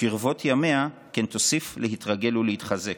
וכרבות ימיה כן תוסיף להתרגל ולהתחזק".